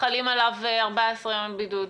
חלים עליו 14 ימי בידוד?